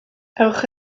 ewch